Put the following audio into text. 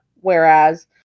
whereas